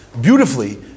beautifully